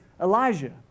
Elijah